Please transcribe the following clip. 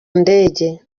ndege